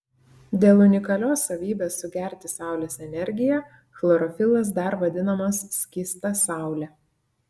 dėl unikalios savybės sugerti saulės energiją chlorofilas dar vadinamas skysta saule